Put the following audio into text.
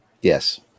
Yes